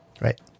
Right